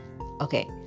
okay